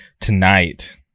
tonight